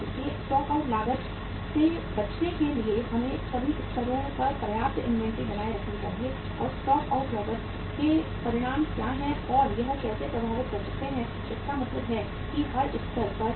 इसलिए stock out लागत से बचने के लिए हमें सभी स्तरों पर पर्याप्त इन्वेंट्री बनाए रखनी चाहिए और स्टॉक आउट लागत के परिणाम क्या हैं और यह कैसे प्रभावित कर सकते हैं इसका मतलब है कि हर स्तर पर फर्म